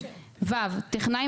(ו)טכנאי,